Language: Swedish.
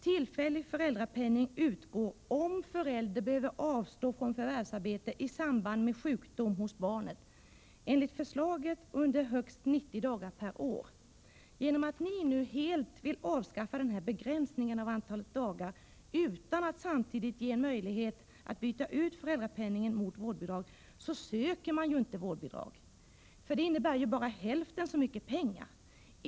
Tillfällig föräldrapenning utgår, om förälder behöver avstå från förvärvsarbete i samband med sjukdom hos barnet, enligt förslaget under högst 90 dagar per år. Då ni nu helt vill avskaffa begränsningen av antalet dagar, utan att samtidigt möjliggöra ett utbyte av föräldrapenningen mot vårdbidrag, söker man ju inte vårdbidrag, eftersom det ju skulle innebära bara hälften så mycket pengar.